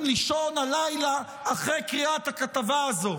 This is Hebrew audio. לישון הלילה אחרי קריאת הכתבה הזו,